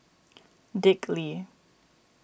Dick Lee